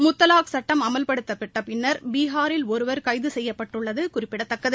முத்தலாக் சட்டம் அமல்படுத்தப்பட்ட பின்னர் பீகாரில் ஒருவர் கைது செய்யப்பட்டுள்ளது குறிப்பிடத்தக்கது